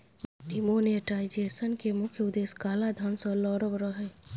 demonetisation केर मुख्य उद्देश्य काला धन सँ लड़ब रहय